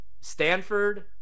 Stanford